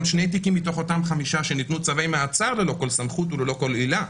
שני תיקים מתוך אותם חמישה שניתנו צווי מעצר ללא כל סמכות וללא כל עילה.